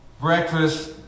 breakfast